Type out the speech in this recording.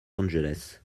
angeles